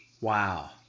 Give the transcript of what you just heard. Wow